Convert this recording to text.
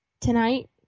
tonight